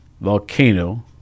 volcano